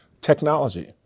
Technology